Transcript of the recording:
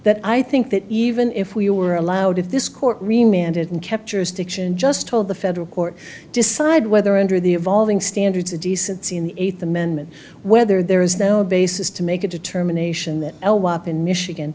that i think that even if we were allowed if this court re man didn't capture stiction just hold the federal court decide whether under the evolving standards of decency in the eighth amendment whether there is now a basis to make a determination that l wop in michigan